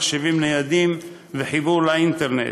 מחשבים ניידים וחיבור לאינטרנט.